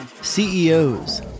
CEOs